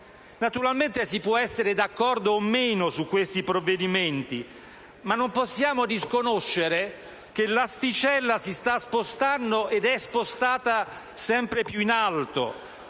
Naturalmente, si può essere d'accordo o no su questi provvedimenti, ma non possiamo disconoscere che l'asticella si sta spostando sempre più in alto,